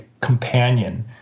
companion